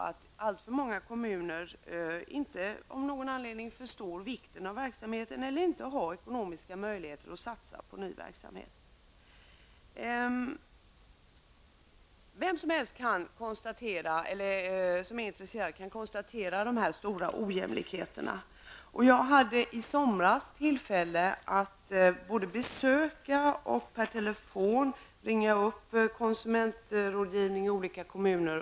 I alltför många kommuner förstår man av någon anledning inte vikten av verksamheten eller har inte ekonomiska möjligheter att satsa på ny verksamhet. Vem som helst som är intresserad kan konstatera de stora ojämlikheterna. I somras hade jag tillfälle att både besöka och per telefon tala med konsumentrådgivare i olika kommuner.